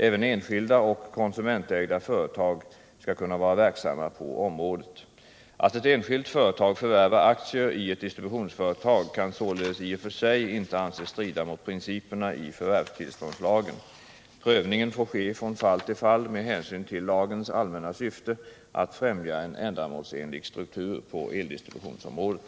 Även enskilda och konsumentägda företag skall kunna var verksamma på området. Att ett enskilt företag förvärvar aktier i ett distributionsföretag kan således i och för sig inte anses strida mot principerna i förvärvstillståndslagen. Prövningen får ske från fall till fall med hänsyn till lagens allmänna syfte att främja en ändamålsenlig struktur på eldistributionsområdet.